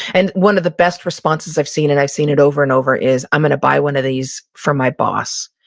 and one of the best responses i've seen, and i've seen it over and over is, i'm gonna buy one of these for my boss,